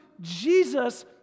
Jesus